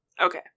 Okay